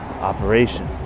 operation